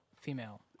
female